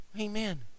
Amen